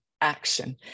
action